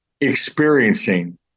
experiencing